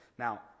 Now